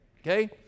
Okay